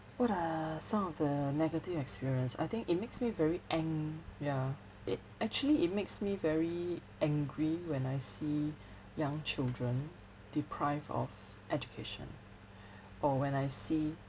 what are some of the negative experience I think it makes me very ang~ ya it actually it makes me very angry when I see young children deprive of education or when I see